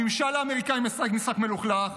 הממשל האמריקאי משחק משחק מלוכלך: